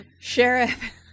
Sheriff